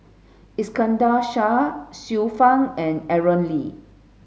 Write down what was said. Iskandar Shah Xiu Fang and Aaron Lee